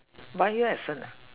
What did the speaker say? bio essence ah